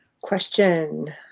question